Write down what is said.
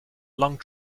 long